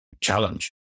challenge